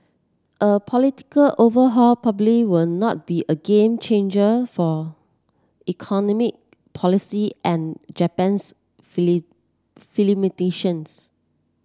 a political overhaul probably will not be a game changer for economy policy and Japan's